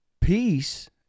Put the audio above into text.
peace